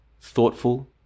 thoughtful